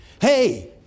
Hey